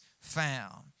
found